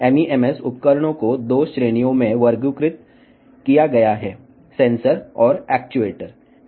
MEMS పరికరాలను 2 వర్గాలుగా వర్గీకరించారు సెన్సార్లు మరియు యాక్యుయేటర్లు